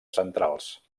centrals